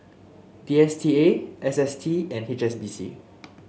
D S T A S S T and H S B C